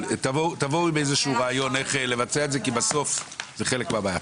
אבל תבואו עם איזשהו רעיון איך לבצע את זה כי בסוף זה חלק מהבעיה.